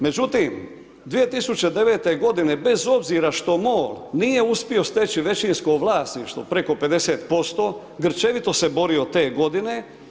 Međutim, 2009. godine bez obzira što MOL nije uspio steći većinsko vlasništvo preko 50% grčevito se borio te godine.